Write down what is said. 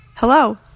Hello